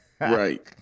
Right